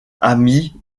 ami